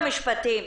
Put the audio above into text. משרד המשפטים,